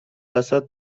وسط